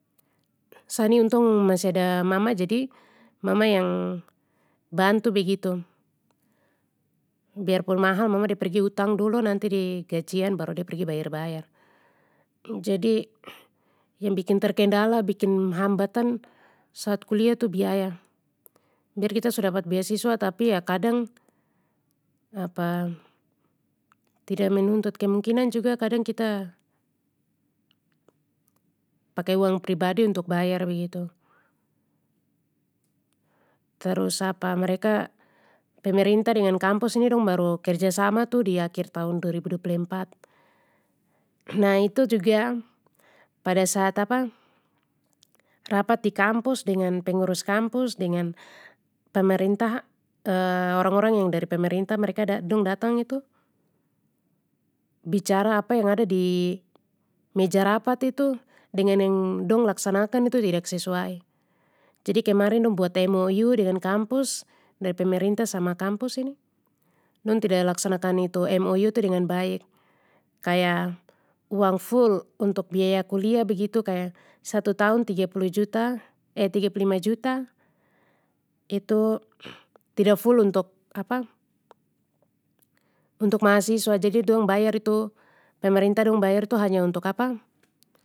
Sa ni untung masih ada mama jadi mama yang bantu begitu. Biar pun mahal mama de pergi hutang dulu nanti de gajian baru de pergi bayar bayar. Jadi, yang bikin terkendala bikin hambatan saat kuliah tu biaya biar kita su dapat beasiswa tapi ya kadang tidak menuntut kemungkinan juga kadang kita, pake uang pribadi untuk bayar begitu. Terus mereka, pemerintah dengan kampus ini dong baru kerjasama tu di akhir tahun dua ribu dua puluh empat. Nah itu juga, pada saat rapat di kampus dengan pengurus kampus dengan pemerintah orang orang yang dari pemerintah mereka dat-dong datang itu, bicara apa yang ada di meja rapat itu dengan yang dong laksanakan itu tidak sesuai. Jadi kemarin dong buat mou dengan kampus dari pemerintah sama kampus ini, dong tida laksanakan itu mou itu dengan baik, kaya, uang ful untuk biaya kuliah begitu kaya satu tahun tiga puluh juta tiga puluh lima juta, itu, tida ful untuk untuk mahasiswa jadi dong bayar itu pemerintah dong bayar itu hanya untuk.